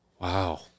Wow